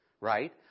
Right